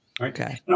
okay